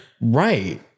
Right